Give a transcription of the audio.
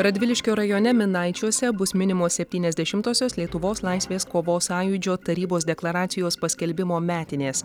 radviliškio rajone minaičiuose bus minimos septyniasdešimtosios lietuvos laisvės kovos sąjūdžio tarybos deklaracijos paskelbimo metinės